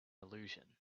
illusion